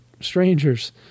strangers